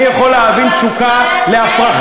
אדוני סגן השר,